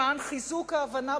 למען חיזוק ההבנה,